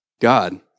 God